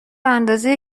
اندازه